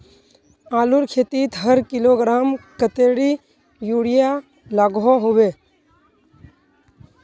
आलूर खेतीत हर किलोग्राम कतेरी यूरिया लागोहो होबे?